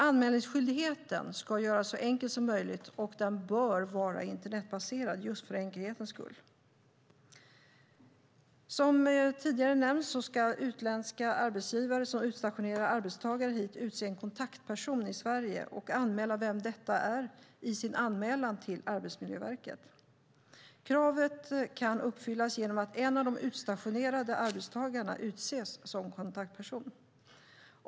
Anmälningsskyldigheten ska göras så enkel som möjligt, och den bör vara internetbaserad, just för enkelhetens skull. Som tidigare har nämnts ska utländska arbetsgivare som utstationerar arbetstagare hit utse en kontaktperson i Sverige och anmäla vem detta är i sin anmälan till Arbetsmiljöverket. Kravet kan uppfyllas genom att en av de utstationerade arbetstagarna utses till kontaktperson.